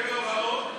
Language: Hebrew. אדוני היושב-ראש,